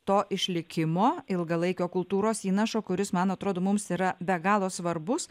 to išlikimo ilgalaikio kultūros įnašo kuris man atrodo mums yra be galo svarbus